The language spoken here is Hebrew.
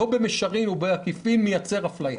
לא במישרין ולא בעקיפין מייצר אפליה